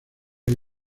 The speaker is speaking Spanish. hay